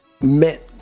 met